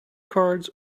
cards